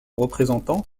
représentant